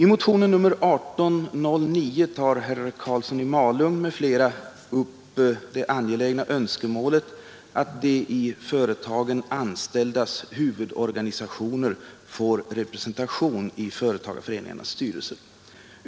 I motionen 1809 tar herr Karlsson i Malung m.fl. upp det angelägna önskemålet att de i företagen anställdas huvudorganisationer får representation i företagarföreningarnas styrelser.